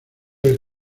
del